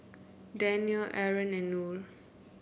Danial Aaron and Nor